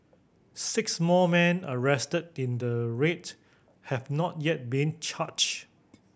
six more men arrested in the raid have not yet been charged